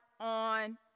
on